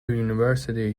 university